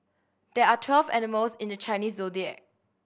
there are twelve animals in the Chinese Zodiac